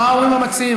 מה אומרים המציעים?